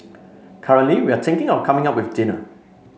currently we are thinking of coming up with dinner